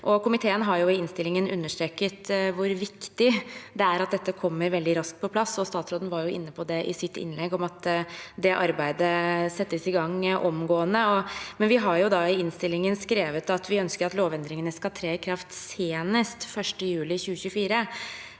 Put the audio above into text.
innstillingen understreket hvor viktig det er at dette kommer veldig raskt på plass, og statsråden var i sitt innlegg inne på at det arbeidet settes i gang omgående. Vi har i innstillingen skrevet at vi ønsker at lovendringene skal tre i kraft senest 1. juli. 2024.